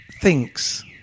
thinks